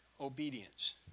obedience